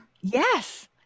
Yes